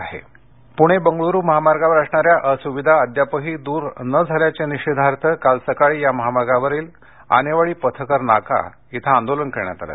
रस्ता रोको सातारा पूणे बेंगलोर महामार्गावर असणाऱ्या असुविधा अद्यापही दूर नझाल्याच्या निषेधार्थ काल सकाळी महामार्गावरील आनेवाडी पथकर नाका इथं आंदोलन करण्यात आलं